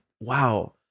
wow